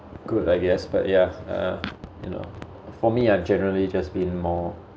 good I guess but yeah uh you know for me I'm generally just being more